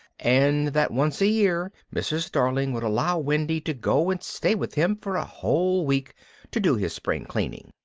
and that once a year mrs. darling would allow wendy to go and stay with him for a whole week to do his spring cleaning.